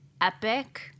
epic